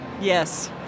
Yes